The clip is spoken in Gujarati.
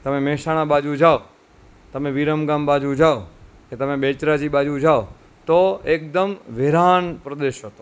તમે મહેસાણા બાજુ જાઓ તમે વિરમગામ બાજુ જાઓ તો તમે બેચરાજી બાજુ જાઓ તો એકદમ વિરાન પ્રદેશ હતો